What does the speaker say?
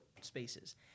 spaces